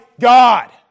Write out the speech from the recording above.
God